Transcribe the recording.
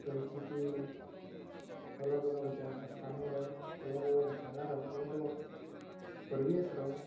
ରହିଛି କି ଅଲଗା ଅଲଗା ସ୍ଥାନର ଅଲଗା ଅଲଗା ଜାଗାର ଅଲଗା ଅଲଗା ପରିବେଶର